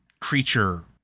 creature